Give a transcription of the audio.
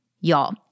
y'all